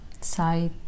side